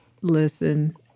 Listen